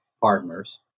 partners